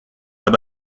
dans